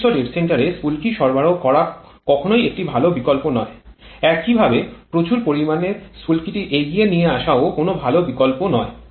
শীর্ষ ডেড সেন্টারে স্ফুলকি সরবরাহ করা কখনই একটি ভাল বিকল্প নয় একইভাবে প্রচুর পরিমাণে স্ফুলকিটিকে এগিয়ে নিয়ে আসাও কোনও ভাল বিকল্পও নয়